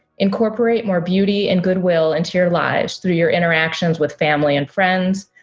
incorporate more beauty and goodwill into your lives through your interactions with family and friends,